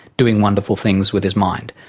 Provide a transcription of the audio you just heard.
doing wonderful things with his mind.